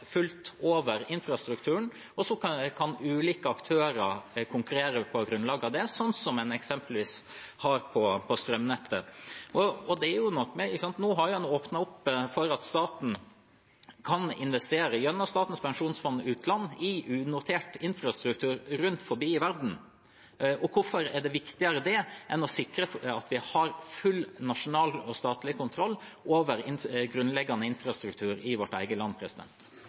ulike aktører konkurrere på grunnlag av det, slik det eksempelvis er med strømnettet. Nå har en åpnet opp for at staten kan investere i unotert infrastruktur rundt omkring i verden gjennom Statens pensjonsfond utland. Hvorfor er det viktigere enn å sikre at vi har full nasjonal og statlig kontroll over grunnleggende infrastruktur i vårt eget land?